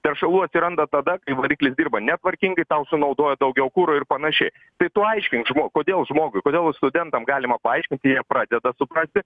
teršalų atsiranda tada kai variklis dirba netvarkingai tau sunaudoja daugiau kuro ir panašiai tai tu aiškink kodėl žmogui kodėl studentam galima paaiškinti pradeda suprasti